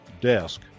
desk